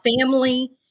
family